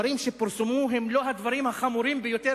הדברים שפורסמו הם לא הדברים החמורים ביותר